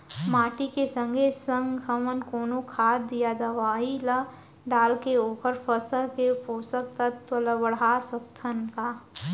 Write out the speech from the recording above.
माटी के संगे संग हमन कोनो खाद या दवई ल डालके ओखर फसल के पोषकतत्त्व ल बढ़ा सकथन का?